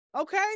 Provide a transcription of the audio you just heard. okay